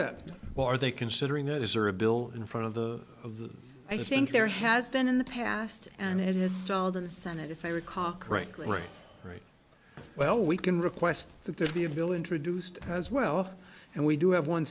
what are they considering that is or a bill in front of the of the i think there has been in the past and it is stalled in the senate if i recall correctly right well we can request that there be a bill introduced as well and we do have one